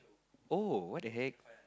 oh what the heck